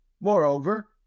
Moreover